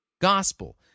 gospel